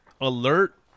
alert